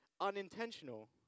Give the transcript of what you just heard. unintentional